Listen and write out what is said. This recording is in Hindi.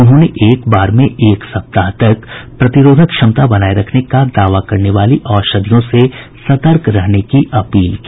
उन्होंने एक बार में एक सप्ताह तक प्रतिरोधक क्षमता बनाए रखने का दावा करने वाली औषधियों से सतर्क रहने की अपील की